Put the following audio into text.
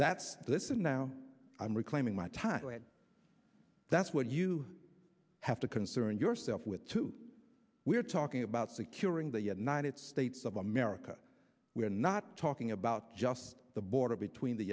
that's this is now i'm reclaiming my time and that's what you have to concern yourself with too we're talking about securing the united states of america we're not talking about just the border between the